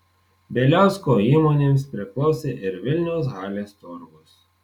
bieliausko įmonėms priklausė ir vilniaus halės turgus